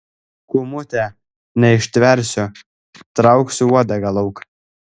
kūmute neištversiu trauksiu uodegą lauk